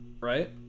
right